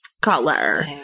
color